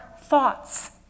thoughts